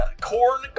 Corn